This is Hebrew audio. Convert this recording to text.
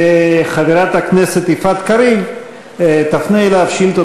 וחברת הכנסת יפעת קריב תפנה אליו שאילתה